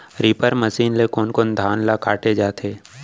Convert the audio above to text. Reaper machine ले कोन कोन धान ल काटे जाथे?